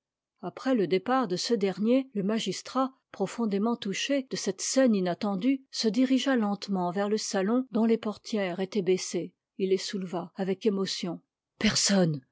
après le départ de ce dernier le magistrat profondément touché de cette scène inattendue se dirigea lentement vers le salon dont les portières étaient baissées il les souleva avec émotion personne